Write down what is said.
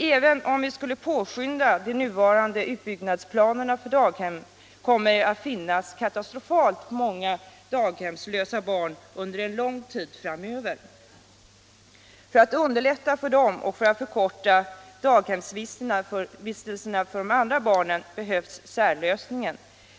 även om vi skulle vilja påskynda de nuvarande utbyggnadsplanerna för daghemmen kommer det att fiz.nas katastrofalt många daghemslösa barn under en lång tid framöver. För att underlätta för dem och för att förkorta daghemsvisttelserna för de andra barnen behövs särlösningen.